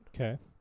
Okay